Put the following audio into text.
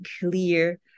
clear